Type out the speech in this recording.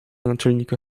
naczelnika